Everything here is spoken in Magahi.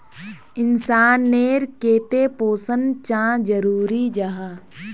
इंसान नेर केते पोषण चाँ जरूरी जाहा?